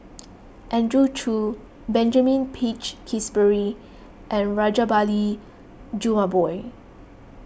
Andrew Chew Benjamin Peach Keasberry and Rajabali Jumabhoy